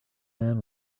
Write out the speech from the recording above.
man